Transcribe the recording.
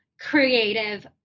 creative